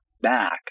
back